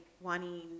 wanting